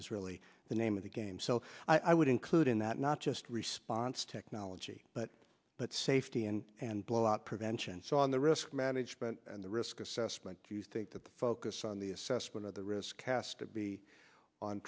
is really the name of the game so i would include in that not just response technology but but safety and and blowout prevention so on the risk management and the risk assessment do you think that the focus on the assessment of the risk cast to be on